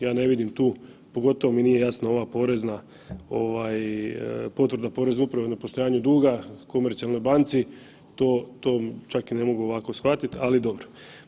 Ja ne vidim tu, pogotovo mi nije jasna ova porezna ovaj potvrda porezne uprave o nepostojanju duga Komercionalnoj banci, to, to čak i ne mogu ovako shvatit, ali dobro.